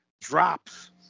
drops